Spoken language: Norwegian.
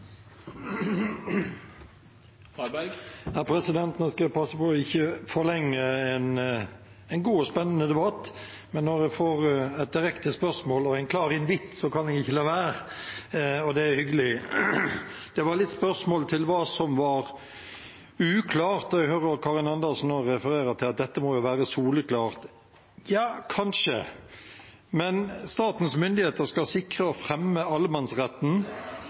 jeg passe på å ikke forlenge en god og spennende debatt, men når jeg får et direkte spørsmål og en klar invitt, kan jeg ikke la være – og det er hyggelig. Det var spørsmål om hva som var uklart, og jeg hører at Karin Andersen nå refererer til at dette må jo være soleklart. Ja, kanskje, men statens myndigheter skal sikre og fremme allemannsretten